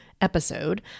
episode